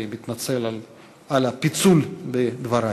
אני מתנצל על הפיצול בדברי.